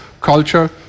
culture